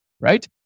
right